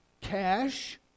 cash